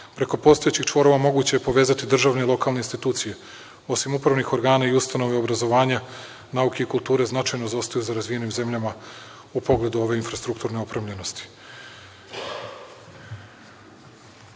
Preko postojećih čvorova moguće je povezati državne i lokalne institucije. Osim upravnih organa i ustanove obrazovanja, nauke i kulture značajno zaostaju za razvijenim zemljama u pogledu ove infrastrukturne opremljenosti. Turizam,